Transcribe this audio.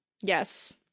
Yes